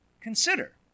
Consider